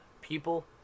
people